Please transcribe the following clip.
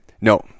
No